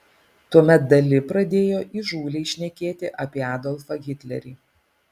tuomet dali pradėjo įžūliai šnekėti apie adolfą hitlerį